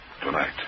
tonight